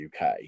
UK